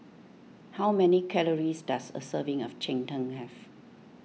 how many calories does a serving of Cheng Tng have